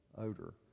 odor